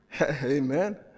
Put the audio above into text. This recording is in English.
amen